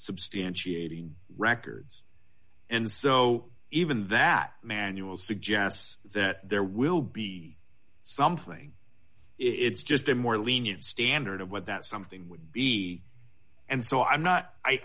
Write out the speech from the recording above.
substantiating records and so even that manual suggests that there will be something it's just a more lenient standard of what that something would be and so i'm not i